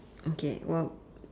okay well